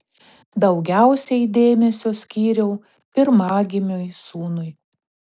daugiausiai dėmesio skyriau pirmagimiui sūnui